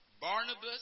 Barnabas